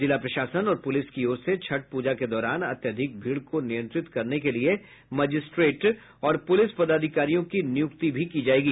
जिला प्रशासन और पुलिस की ओर से छठ प्रजा के दौरान अत्यधिक भीड़ को नियंत्रित करने के लिये मजिस्ट्रेट और पुलिस पदाधिकारियों की नियुक्ति भी की जायेगी